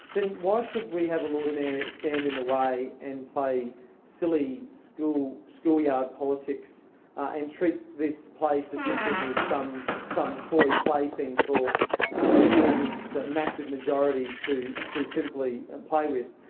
then why should we have a lord mayor stand in the way and play silly school school yard politics and treat this place as if it was some some toy play thing for he and his massive majority to to simply and play with?